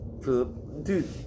dude